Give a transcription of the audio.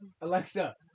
Alexa